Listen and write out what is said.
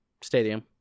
Stadium